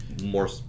more –